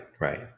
right